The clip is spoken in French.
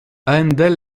haendel